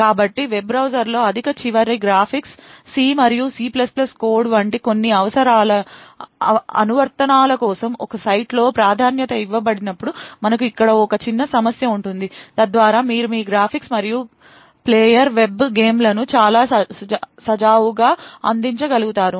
కాబట్టి వెబ్ బ్రౌజర్లో అధిక చివరి గ్రాఫిక్స్ సి మరియు సి కోడ్ వంటి కొన్ని అనువర్తనాల కోసం ఒక సైట్లో ప్రాధాన్యత ఇవ్వబడినప్పుడు మనకు ఇక్కడ ఒక చిన్న సమస్య ఉంటుంది తద్వారా మీరు మీ గ్రాఫిక్స్ మరియు ప్లేయర్ వెబ్ గేమ్లను చాలా సజావుగా అందించగలుగుతారు